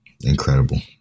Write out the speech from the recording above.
Incredible